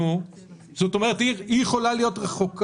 אני אשמח להראות